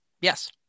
Yes